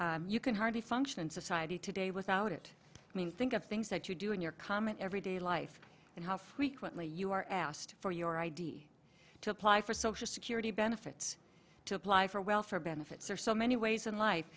tool you can hardly function in society today without it i mean think of things that you do in your common everyday life and how frequently you are asked for your id to apply for social security benefits to apply for welfare benefits are so many ways in life